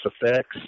effects